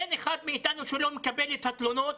אין אחד מאיתנו שלא מקבל את התלונות